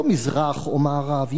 לא מזרח או מערב,